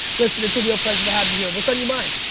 listen, it's a real pleasure to have you here. what's on your mind?